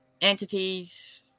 entities